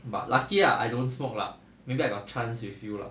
but lucky ah I don't smoke lah maybe I got chance with you lah